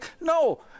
no